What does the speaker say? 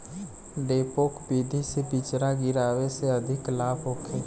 डेपोक विधि से बिचरा गिरावे से अधिक लाभ होखे?